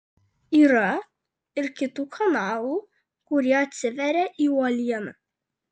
yra ir kitų kanalų kurie atsiveria į uolieną